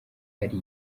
ari